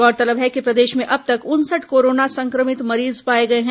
गौरतलब है कि प्रदेश में अब तक उनसठ कोरोना संक्रमित मरीज पाए गए हैं